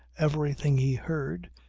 everything he heard,